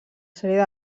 sèrie